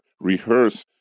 rehearse